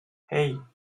hey